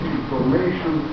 information